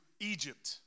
Egypt